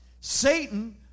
Satan